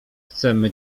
chcemy